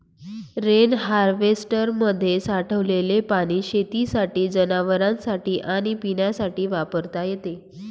rain हार्वेस्टरमध्ये साठलेले पाणी शेतीसाठी, जनावरांनासाठी आणि पिण्यासाठी वापरता येते